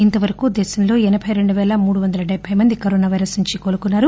ఇంతవరకు దేశంలో ఎనబై రెండు వేల మూడు వందల డెబ్బై మంది కరోనా పైరస్ నుంచి కోలుకున్నారు